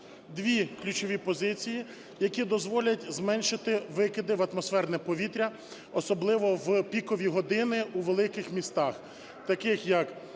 дві ключові позиції, які дозволять зменшити викиди в атмосферне повітря, особливо в пікові години у великих містах, таких як